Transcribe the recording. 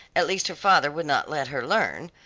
at least her father would not let her learn,